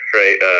right